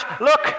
Look